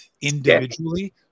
individually